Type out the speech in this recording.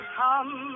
come